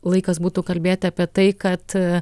laikas būtų kalbėti apie tai kad